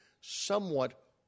somewhat